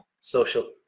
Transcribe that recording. Social